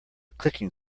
clicking